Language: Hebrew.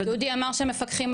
אבל דודי אמר שמפקחים,